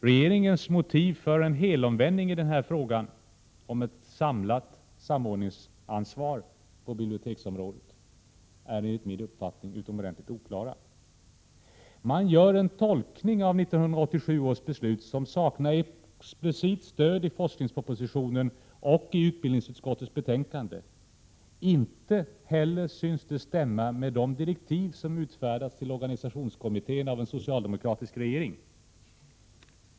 Regeringens motiv för helomvändningen i frågan om ett samlat samordningsansvar på biblioteksområdet är enligt min uppfattning utomordentligt oklara. Man gör en tolkning av 1987 års beslut som saknar explicit stöd i forskningspropositionen och i utbildningsutskottets betänkande. Inte heller synes den stämma överens med de direktiv som utfärdats av en socialdemokratisk regering till organisationskommittén.